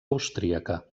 austríaca